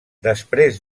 després